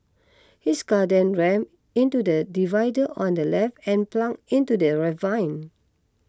his car then rammed into the divider on the left and plunged into the ravine